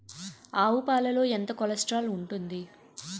ఆవు పాలలో ఎంత కొలెస్ట్రాల్ ఉంటుంది?